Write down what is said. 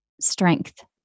strength